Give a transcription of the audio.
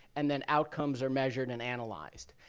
and then outcomes are measured and analyzed.